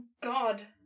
God